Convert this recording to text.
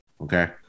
Okay